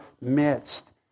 midst